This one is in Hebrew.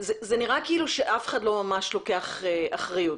זה נראה כאילו שאף אחד לא ממש לוקח אחריות.